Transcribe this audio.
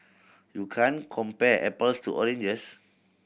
you can't compare apples to oranges